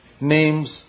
name's